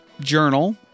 journal